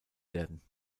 werden